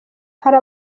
hari